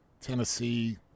Tennessee